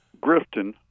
Grifton